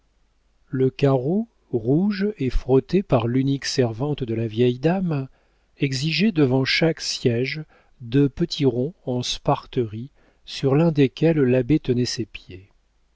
le carreau rouge et frotté par l'unique servante de la vieille dame exigeait devant chaque siége de petits ronds en sparterie sur l'un desquels l'abbé tenait ses pieds